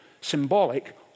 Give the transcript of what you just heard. Symbolic